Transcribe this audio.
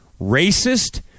racist